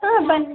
ಹಾಂ ಬನ್ನಿ